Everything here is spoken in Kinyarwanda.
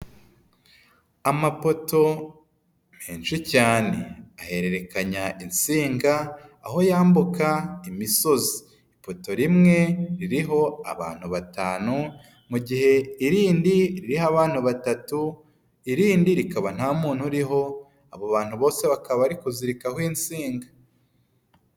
Amapoto henshi cyane ahererekanya insinga aho yambuka imisozi, ipoto rimwe ririho abantu batanu mu gihe irindi ririho abana batatu, irindi rikaba nta muntu uriho abo bantu bose bakaba bari kuzirikaho insinga.